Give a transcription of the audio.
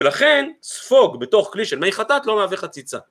‫ולכן ספוג בתוך כלי של מי חטאת ‫לא מהווה חציצה.